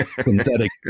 synthetic